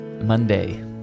Monday